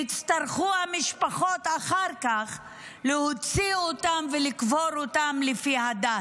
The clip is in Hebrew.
והצטרכו המשפחות אחר כך להוציא אותן ולקבור אותן לפי הדת.